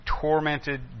tormented